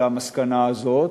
למסקנה הזאת,